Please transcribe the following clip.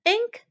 Ink